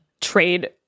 trade